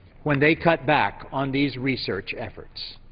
when they cut back on these research efforts.